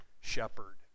Shepherd